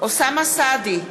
אוסאמה סעדי,